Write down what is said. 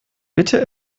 bitte